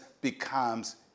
becomes